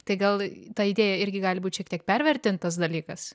tai gal ta idėja irgi gali būti šiek tiek pervertintas dalykas